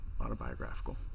autobiographical